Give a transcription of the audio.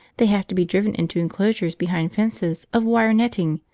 they have to be driven into enclosures behind fences of wire netting,